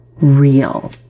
real